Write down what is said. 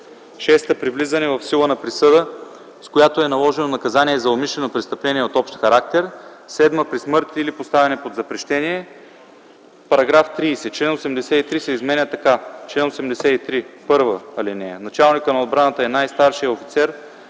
6. при влизане в сила на присъда, с която е наложено наказание за умишлено престъпление от общ характер; 7. при смърт или поставяне под запрещение.” § 30. Член 83 се изменя така: „Чл. 83. (1) Началникът на отбраната е най-старшият офицер